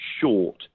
short